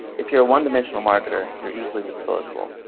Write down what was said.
if you're a one-dimensional marketer, you're easily disposable.